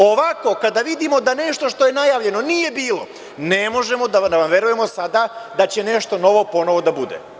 Ovako, kada vidimo da nešto što je najavljeno nije bilo, ne možemo da vam verujemo da će nešto novo ponovo da bude.